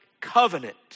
covenant